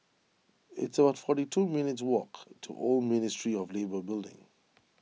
it's about forty two minutes' walk to Old Ministry of Labour Building